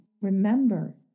remember